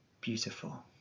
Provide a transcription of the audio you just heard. beautiful